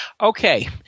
Okay